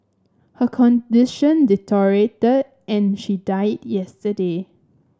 her condition deteriorated and she died yesterday